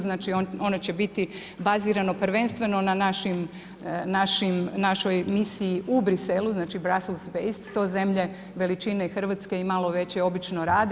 Znači ono će biti bazirano prvenstveno na našoj misiji u Bruxellesu, znači Bruxelles … [[Govornica se ne razumije.]] To zemlje veličine Hrvatske i malo veće obično rade.